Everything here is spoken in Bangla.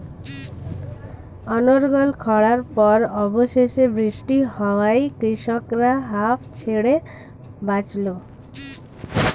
অনর্গল খড়ার পর অবশেষে বৃষ্টি হওয়ায় কৃষকরা হাঁফ ছেড়ে বাঁচল